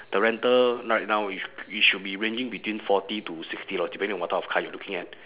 the rental right now you should it should be ranging between forty to sixty dollars depending on what type of car you looking at